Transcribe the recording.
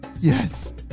Yes